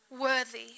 Worthy